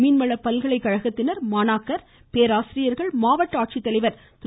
மீன்வள பல்கலைகழத்தினர் மாணவ மாணவியர் பேராசிரியர்கள் மாவட்ட ஆட்சித்தலைவா் திரு